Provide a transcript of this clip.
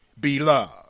Beloved